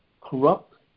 corrupt